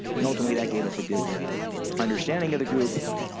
and ultimately that gave us a good and understanding of the group.